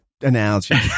analogy